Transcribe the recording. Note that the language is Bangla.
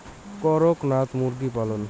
করকনাথ মুরগি পালন?